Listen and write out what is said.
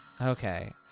Okay